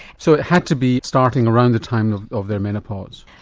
so it had to be starting around the time of of their menopause?